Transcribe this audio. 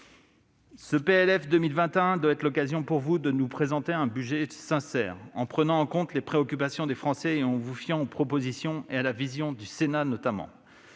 du PLF 2021. Ce PLF doit être l'occasion pour vous de nous présenter un budget sincère en prenant en compte les préoccupations des Français et en vous fiant aux propositions et à la vision du Sénat notamment.